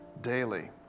daily